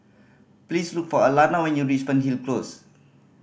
please look for Alannah when you reach Fernhill Close